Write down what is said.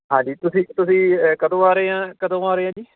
ਹਾਂਜੀ ਤੁਸੀਂ ਤੁਸੀਂ ਕਦੋਂ ਆ ਰਹੇ ਆਂ ਕਦੋਂ ਆ ਰਹੇ ਆਂ ਜੀ